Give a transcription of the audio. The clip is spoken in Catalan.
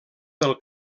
del